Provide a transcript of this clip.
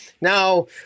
Now